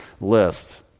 list